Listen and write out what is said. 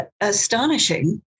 astonishing